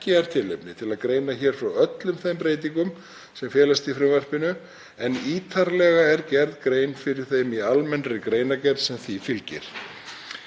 er tilefni til að greina frá öllum þeim breytingum sem felast í frumvarpinu en ítarlega er gerð grein fyrir þeim í almennri greinargerð sem því fylgir.